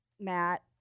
Matt